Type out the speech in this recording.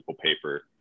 paper